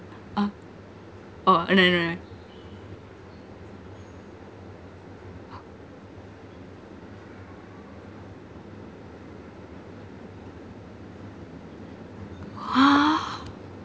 uh oh uh no no no !huh!